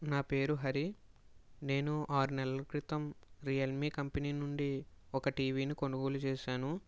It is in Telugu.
నా పేరు హరి నేను ఆరు నెలల క్రితం రియల్మీ కంపెనీ నుండి ఒక టీవీని కొనుగోలు చేశాను